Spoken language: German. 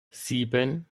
sieben